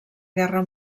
guerra